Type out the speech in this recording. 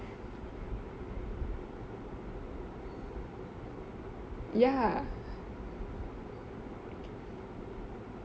ya